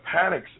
panics